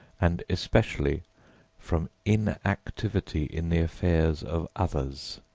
and especially from inactivity in the affairs of others.